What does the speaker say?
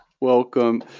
Welcome